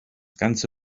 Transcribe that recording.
ganze